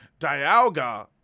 dialga